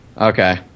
Okay